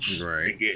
Right